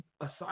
aside